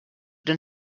den